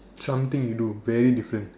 something you do very different